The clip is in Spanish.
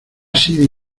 sido